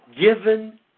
given